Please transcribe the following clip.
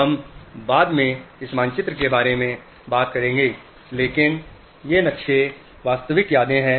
हम बाद में इन मानचित्रों के बारे में बात करेंगे लेकिन ये नक्शे वास्तविक यादें हैं